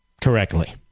correctly